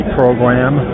program